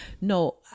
no